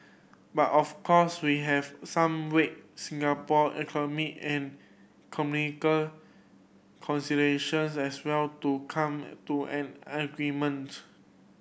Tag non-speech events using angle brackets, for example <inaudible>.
but of course we have some weigh Singapore economic and <unintelligible> considerations as well to come to an agreement